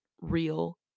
real